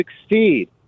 succeed